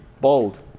bold